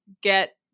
get